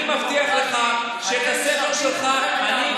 אני נבחרתי ברוב דמוקרטי.